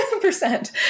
percent